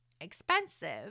expensive